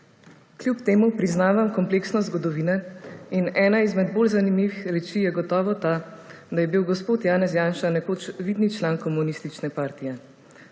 Kljub temu priznavam kompleksnost zgodovine in ena izmed bolj zanimivih reči je gotovo ta, da je bil gospod Janez Janša nekoč vidni član Komunistične partije.